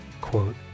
Quote